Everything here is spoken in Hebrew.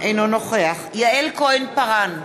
אינו נוכח יעל כהן-פארן,